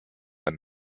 ein